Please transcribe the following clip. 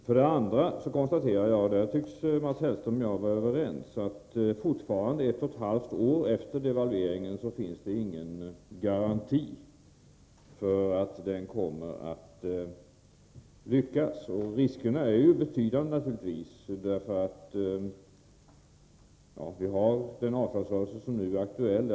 För det andra konstaterar jag — och där tycks Mats Hellström och jag vara överens — att det fortfarande ett och ett halvt år efter devalveringen inte finns någon garanti för att den kommer att lyckas. Riskerna är naturligtvis betydande. Bl. a. har vi den nu aktuella avtalsrörelsen.